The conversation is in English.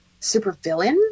Supervillain